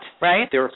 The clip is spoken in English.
Right